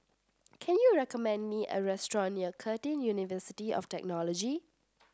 can you recommend me a restaurant near Curtin University of Technology